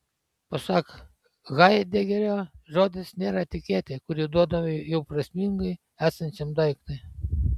pasak haidegerio žodis nėra etiketė kuri duodama jau prasmingai esančiam daiktui